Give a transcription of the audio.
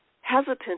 hesitant